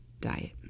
diet